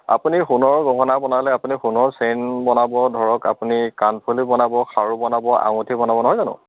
আপুনি সোণৰ গহনা বনালে আপুনি সোণৰ চেইন বনাব ধৰক আপুনি কাণফুলি বনাব খাৰু বনাব আঙুঠি বনাব নহয় জানো